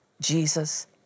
Jesus